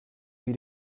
wie